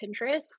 Pinterest